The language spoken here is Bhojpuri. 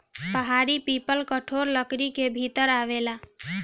पहाड़ी पीपल कठोर लकड़ी के भीतर आवेला